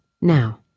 Now